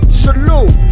salute